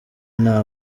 nta